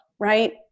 Right